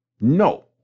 No